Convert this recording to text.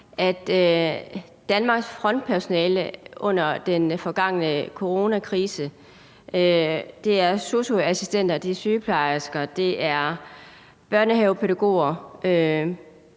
af Danmarks frontpersonale under den forgangne coronakrise – det er sosu-assistenter, sygeplejersker, børnehavepædagoger,